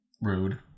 Rude